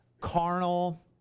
carnal